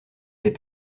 des